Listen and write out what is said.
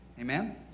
Amen